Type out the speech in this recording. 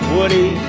Woody